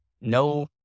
no